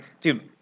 dude